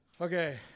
Okay